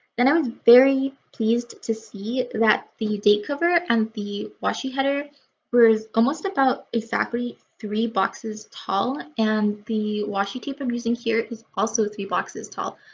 then i was very pleased to see that the date cover and the washi header were. is almost about exactly three boxes tall and the washi tape i'm using here is also three boxes tall.